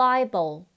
Bible